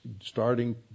starting